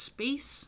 Space